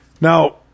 Now